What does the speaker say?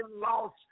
lost